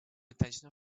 intention